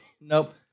nope